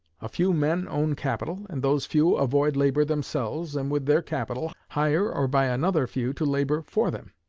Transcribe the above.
a few men own capital, and those few avoid labor themselves, and, with their capital, hire or buy another few to labor for them.